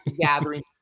Gathering